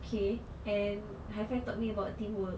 okay and have you told me about teamwork